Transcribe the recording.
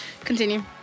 Continue